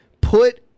put